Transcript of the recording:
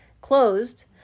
closed